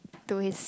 to his